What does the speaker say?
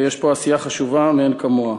ויש פה עשייה חשובה מאין כמוה.